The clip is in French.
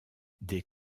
des